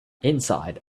inside